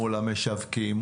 מול המשווקים,